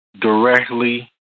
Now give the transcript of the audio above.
directly